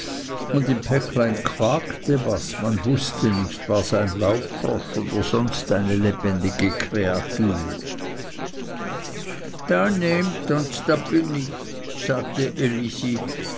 und im päcklein quakte was man wußte nicht wars ein laubfrosch oder sonst eine lebendige kreatur da nehmt und da bin ich sagte elisi